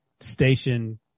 station